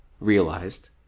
realized